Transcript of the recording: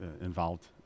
involved